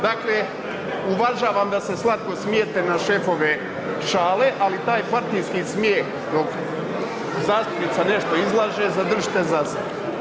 Dakle, uvažavam da se slatko smijete na šefove šale, ali taj partijski smijeh dok zastupnica nešto izlaže zadržite za sebe.